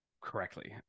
correctly